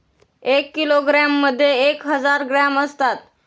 एक किलोग्रॅममध्ये एक हजार ग्रॅम असतात